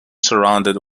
surrounded